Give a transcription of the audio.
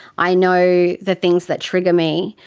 i know the things that trigger me,